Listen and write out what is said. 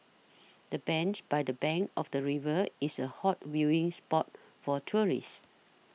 the bench by the bank of the river is a hot viewing spot for tourists